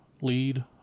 lead